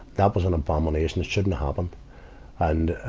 that was an abomination it shouldn't happened. and,